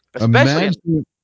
Imagine